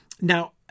Now